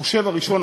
החושב הראשון,